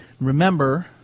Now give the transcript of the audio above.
Remember